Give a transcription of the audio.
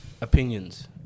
Opinions